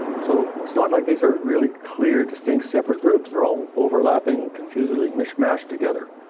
so it's not like these are really clear, distinct separate groups. they're all overlapping, confusedly mish-mashed together.